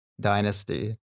dynasty